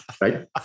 right